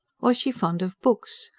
was she fond of books?